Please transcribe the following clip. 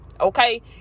Okay